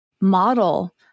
model